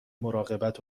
مراقبت